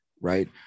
right